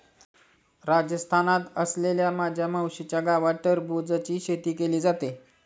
राजस्थानात असलेल्या माझ्या मावशीच्या गावात टरबूजची शेती केली जाते